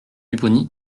pupponi